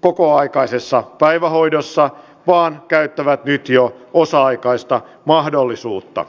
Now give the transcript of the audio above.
kokoaikaisessa päivähoidossa vaan käyttävät nyt jo osa aikaista mahdollisuutta